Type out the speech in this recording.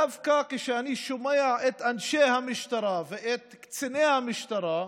דווקא כשאני שומע את אנשי המשטרה ואת קציני המשטרה,